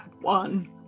one